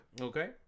Okay